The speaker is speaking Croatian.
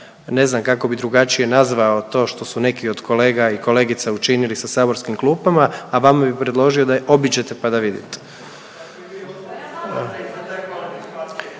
ne znam kako bi drugačije nazvao to što su neki od kolega i kolegica učinili sa saborskim klupama, a vama bi predložio da ih obiđete, pa da vidite.